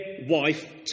wife